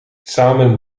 samen